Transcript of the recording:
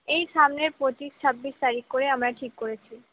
এই সামনের পঁচিশ ছাব্বিশ তারিখ করে আমরা ঠিক করেছি